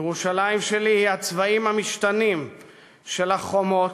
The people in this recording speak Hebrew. ירושלים שלי היא הצבעים המשתנים של החומות,